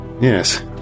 Yes